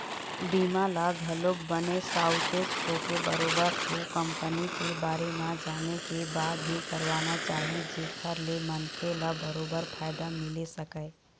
बीमा ल घलोक बने साउचेत होके बरोबर ओ कंपनी के बारे म जाने के बाद ही करवाना चाही जेखर ले मनखे ल बरोबर फायदा मिले सकय